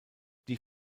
die